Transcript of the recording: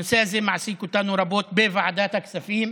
הנושא הזה מעסיק אותנו רבות בוועדת הכספים.